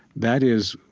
that is,